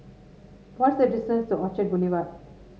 what is the distance to Orchard Boulevard